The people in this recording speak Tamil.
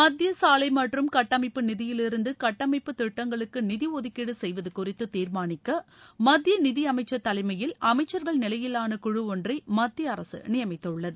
மத்திய சாலை மற்றும் கட்டமைப்பு நிதியிலிருந்து கட்டமைப்புத் திட்டங்களுக்கு நிதி ஒதுக்கீடு செய்வது குறித்து தீர்மானிக்க மத்திய நிதி அமைச்ச் தலைமையில் அமைச்ச்கள் நிலையிவான குழு ஒன்றை மத்திய அரசு நியமித்துள்ளது